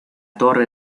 torre